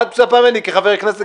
מה אתה מצפה ממני כחבר כנסת?